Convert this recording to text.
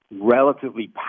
relatively